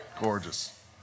Gorgeous